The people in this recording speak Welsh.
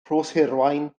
rhoshirwaun